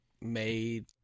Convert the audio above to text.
made